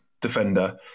defender